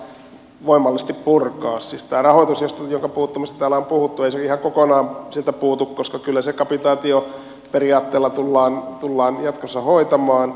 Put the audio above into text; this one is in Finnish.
siis tämä rahoitus jonka puuttumisesta täällä on puhuttu ei ihan kokonaan siitä puutu koska kyllä se kapitaatioperiaatteella tullaan jatkossa hoitamaan